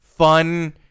fun